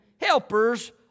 helpers